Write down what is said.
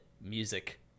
music